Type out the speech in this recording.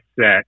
set